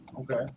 okay